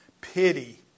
Pity